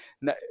No